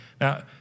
Now